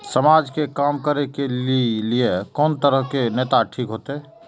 समाज के काम करें के ली ये कोन तरह के नेता ठीक होते?